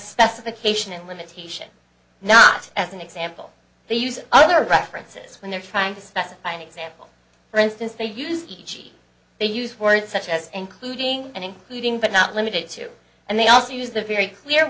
specification and limitation not as an example they use other references when they're trying to specify an example for instance they used e g they use words such as including and including but not limited to and they also use the very clear